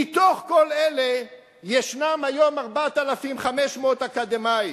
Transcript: בתוך כל אלה ישנם היום 4,500 אקדמאים,